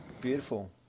Beautiful